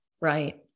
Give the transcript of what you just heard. Right